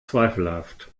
zweifelhaft